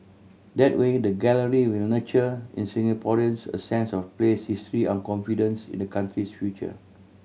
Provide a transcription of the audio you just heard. that way the gallery will nurture in Singaporeans a sense of place history and confidence in the country's future